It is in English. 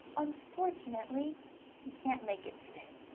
unfortunately he can't make it today.